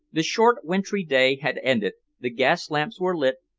the short wintry day had ended, the gas-lamps were lit,